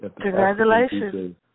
Congratulations